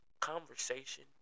conversation